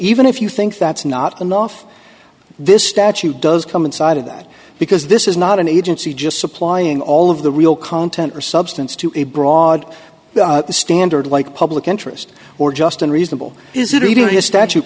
even if you think that's not enough this statute does come inside of that because this is not an agency just supplying all of the real content or substance to a broad standard like public interest or just unreasonable